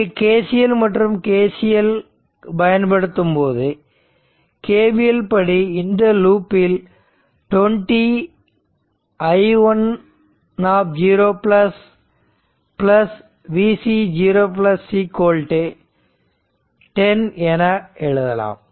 இங்கு KCL மற்றும் KVL பயன்படுத்தும்போது KVL படி இந்த லூப்பில் 20 i10 Vc0 10 என எழுதலாம்